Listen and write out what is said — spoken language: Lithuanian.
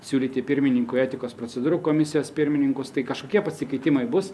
siūlyti pirmininkų į etikos procedūrų komisijos pirmininkus tai kažkokie pasikeitimai bus